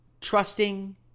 trusting